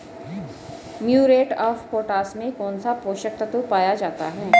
Muriate of potash में कौन सा पोषक तत्व पाया जाता है?